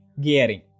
gearing